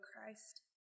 Christ